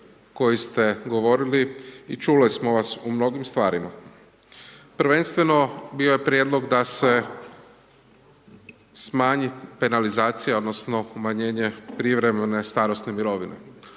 koji ste govorili, i čuli smo vas u mnogim stvarima. Prvenstveno, bio je prijedlog da se smanji penalizacija odnosno umanjenje privremene starosne mirovine.